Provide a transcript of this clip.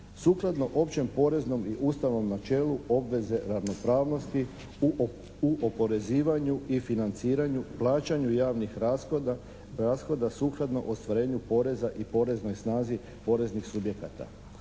sukladno općem poreznom i ustavnom načelu obveze ravnopravnosti u oporezivanju i financiranju, plaćanju javnih rashoda sukladno ostvarenju poreza i poreznoj snazi poreznih subjekata.